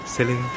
Silly